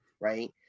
right